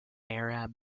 arab